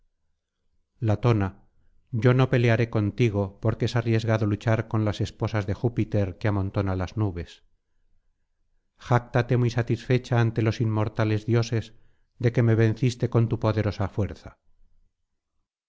latona yo no pelearé contigo porque es arriesgado luchar con las esposas de júpiter que amontona las nubes jáctate muy satisfecha ante los inmortales dioses de que me venciste con tu poderosa fuerza